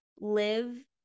live